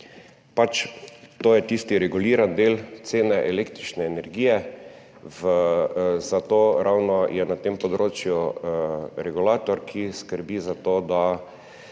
To je tisti reguliran del cene električne energije, ravno zato je na tem področju regulator, ki skrbi za to, da